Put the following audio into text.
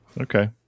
Okay